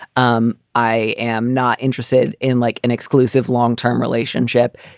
um i am not interested in like an exclusive long term relationship.